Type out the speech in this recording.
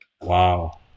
wow